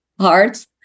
hearts